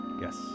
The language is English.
Yes